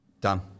Done